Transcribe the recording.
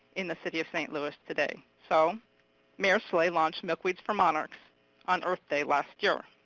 in the city of st. louis today. so mayor slay launched milkweeds for monarchs on earth day last year.